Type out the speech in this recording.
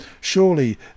Surely